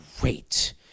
great